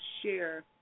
share